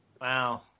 Wow